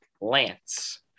Lance